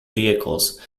vehicles